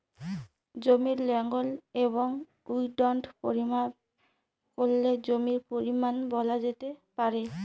জমির লেন্থ এবং উইড্থ পরিমাপ করে জমির পরিমান বলা যেতে পারে